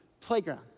playground